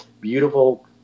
beautiful